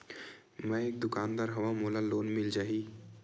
मै एक दुकानदार हवय मोला लोन मिल जाही?